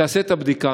תעשה את הבדיקה.